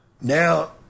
Now